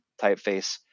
typeface